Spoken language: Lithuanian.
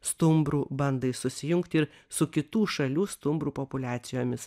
stumbrų bandai susijungti ir su kitų šalių stumbrų populiacijomis